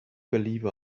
believe